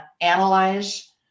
analyze